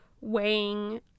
weighing